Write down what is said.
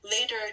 later